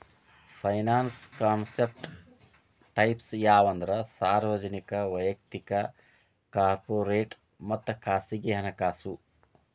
finance concept types ಯಾವಂದ್ರ ಸಾರ್ವಜನಿಕ ವಯಕ್ತಿಕ ಕಾರ್ಪೊರೇಟ್ ಮತ್ತ ಖಾಸಗಿ ಹಣಕಾಸು